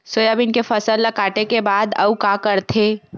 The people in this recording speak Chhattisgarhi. सोयाबीन के फसल ल काटे के बाद आऊ का करथे?